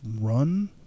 run